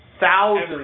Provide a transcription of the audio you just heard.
Thousands